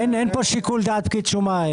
אין כאן שיקול דעת פקיד שומה.